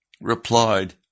replied